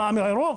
פעם תו ירוק,